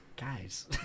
Guys